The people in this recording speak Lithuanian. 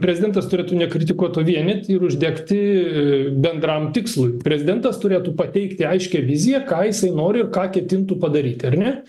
prezidentas turėtų ne kritikuot o vienyt ir uždegti bendram tikslui prezidentas turėtų pateikti aiškią viziją ką jisai nori ir ką ketintų padaryti ar ne